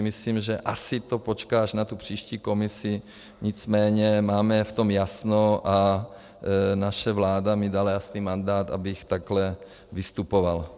Myslím si, že asi to počká až na tu příští Komisi, nicméně máme v tom jasno a naše vláda mi dala jasný mandát, abych takhle vystupoval.